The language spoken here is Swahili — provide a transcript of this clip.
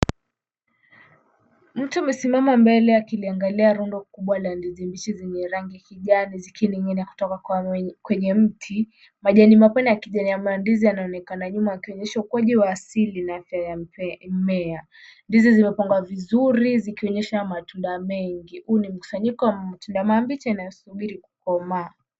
Mtu amesimama mbele akiliangalia rundo kubwa la ndizi mbichi zenye rangi kijani zikining'inia kutoka kwenye mti. Majani mapana ya mandizi yanaonekana nyuma yakionyesha ukuaji wa asili na afya ya mmea. Ndizi zimepangwa vizuri zikionyesha matunda mengi. Huu ni mkusanyiko wa matunda mabichi yanayosubiri kukomaa.